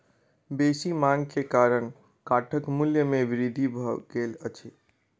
बेसी मांग के कारण काठक मूल्य में वृद्धि भ गेल अछि